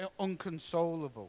unconsolable